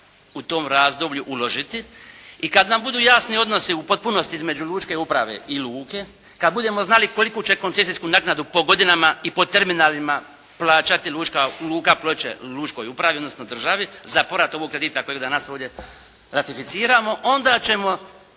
u tom razdoblju uložiti. I kad nam budu jasni odnosi u potpunosti između lučke uprave i luke, kad budemo znali koliku će koncesijsku naknadu po godinama i po terminalima plaćati Luka Ploče lučkoj upravi odnosno državi za povrat ovog kredita kojeg danas ovdje ratificiramo. Onda ćemo